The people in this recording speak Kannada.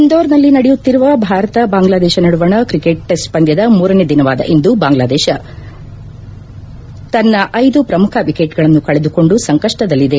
ಇಂದೋರ್ನಲ್ಲಿ ನಡೆಯುತ್ತಿರುವ ಭಾರತ ಬಾಂಗ್ಲಾದೇಶ ನಡುವಣ ್ರಿಕೆಟ್ ಟೆಸ್ಟ್ ಪಂದ್ಲದ ಮೂರನೇ ದಿನವಾದ ಇಂದು ಬಾಂಗ್ಲಾದೇಶ ತನ್ನ ಐದು ಪ್ರಮುಖ ವಿಕೆಟ್ಗಳನ್ನು ಕಳೆದುಕೊಂಡು ಸಂಕಪ್ನದಲ್ಲಿದೆ